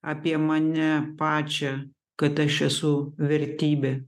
apie mane pačią kad aš esu vertybė